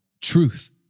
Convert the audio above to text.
truth